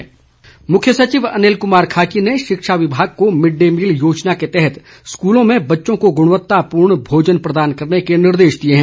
मुख्य सचिव मुख्य सचिव अनिल कुमार खाची ने शिक्षा विभाग को मिड डे मील योजना के तहत स्कूलों में बच्चों को गुणवत्तापूर्ण भोजन प्रदान करने के निर्देश दिए हैं